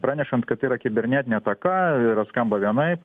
pranešant kad tai yra kibernetinė ataka yra skamba vienaip